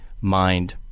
mind